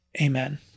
Amen